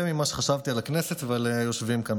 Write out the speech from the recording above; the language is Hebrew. ממה שחשבתי על הכנסת ועל היושבים כאן,